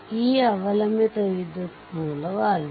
ಈ ಅವಲಂಬಿತ ವಿದ್ಯುತ್ ಮೂಲವಾಗಿದೆ